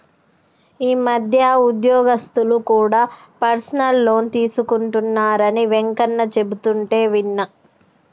ఈ మధ్య ఉద్యోగస్తులు కూడా పర్సనల్ లోన్ తీసుకుంటున్నరని వెంకన్న చెబుతుంటే విన్నా